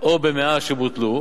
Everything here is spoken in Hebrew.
או במעה שבוטלו,